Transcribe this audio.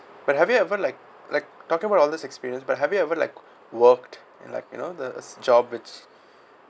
but have you ever like like talking about all this experience but have you ever like work and like you know the job it's